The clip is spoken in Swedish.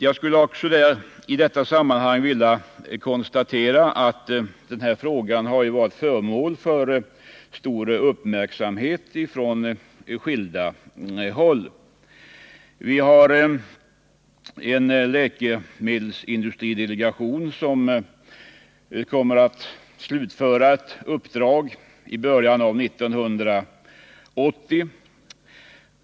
Jag skulle också i detta sammanhang vilja konstatera att denna fråga har varit föremål för stor uppmärksamhet från skilda håll. Vi har en läkemedelsindustridelegation som kommer att slutföra sitt uppdrag i början av 1980.